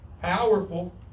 powerful